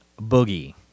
boogie